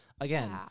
again